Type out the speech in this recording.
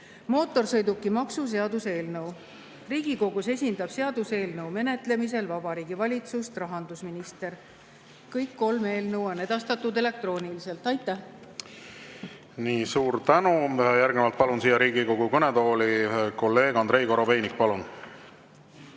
mootorsõidukimaksu seaduse eelnõu. Riigikogus esindab seaduseelnõu menetlemisel Vabariigi Valitsust rahandusminister. Kõik kolm eelnõu on edastatud elektrooniliselt. Aitäh! Suur tänu! Järgnevalt palun siia Riigikogu kõnetooli kolleeg Andrei Korobeiniku. Palun!